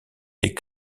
des